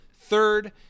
third